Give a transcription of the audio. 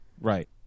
Right